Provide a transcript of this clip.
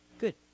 Good